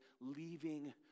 leaving